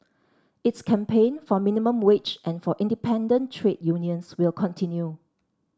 its campaign for minimum wage and for independent trade unions will continue